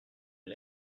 une